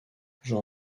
jean